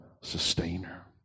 sustainer